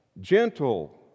gentle